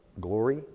glory